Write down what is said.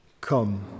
Come